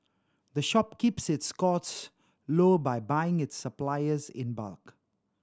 the shop keeps its costs low by buying its suppliers in bulk